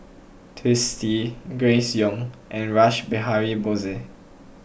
Twisstii Grace Young and Rash Behari Bose